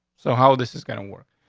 so how this is gonna work?